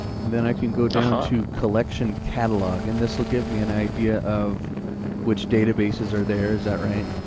then i can go down to collection catalog, and this will give me an idea of which databases are there, is that right?